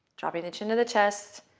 dropping the chin to the chest,